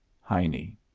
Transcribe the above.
Heine